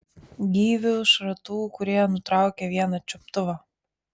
gyvių šratų kurie nutraukė vieną čiuptuvą